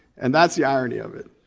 and that's the irony of it.